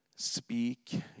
Speak